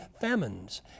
famines